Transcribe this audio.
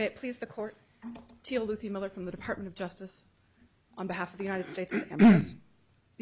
it please the court deal with the miller from the department of justice on behalf of the united states the